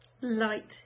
light